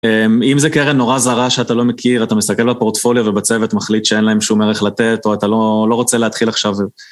אמ... אם זה קרן נורא זרה שאתה לא מכיר, אתה מסתכל בפורטפוליו ובצוות, מחליט שאין להם שום ערך לתת, או אתה לא... לא רוצה להתחיל עכשיו...